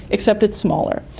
except it's smaller,